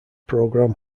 program